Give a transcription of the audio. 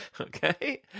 Okay